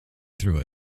through